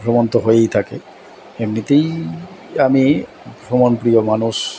ভ্রমণ তো হয়েই থাকে এমনিতেই আমি ভ্রমণ প্রিয় মানুষ